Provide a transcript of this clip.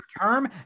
term